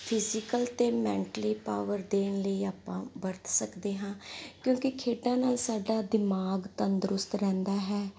physical ਅਤੇ mentally power ਦੇਣ ਲਈ ਆਪਾਂ ਵਰਤ ਸਕਦੇ ਹਾਂ ਕਿਉਂਕਿ ਖੇਡਾਂ ਨਾਲ ਸਾਡਾ ਦਿਮਾਗ ਤੰਦਰੁਸਤ ਰਹਿੰਦਾ ਹੈ